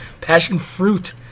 passion-fruit